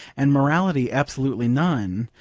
and morality absolutely none,